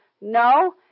no